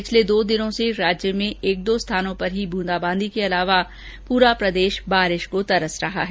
पिछले दो दिनों से राज्य में एक दो स्थानों पर ही बूंदाबांदी के अलावा पूरा प्रदेश बारिश को तरस रहा है